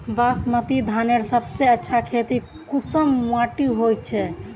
बासमती धानेर सबसे अच्छा खेती कुंसम माटी होचए?